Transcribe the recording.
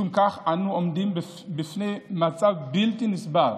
משום כך אנו עומדים בפני מצב בלתי נסבל